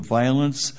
violence